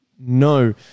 No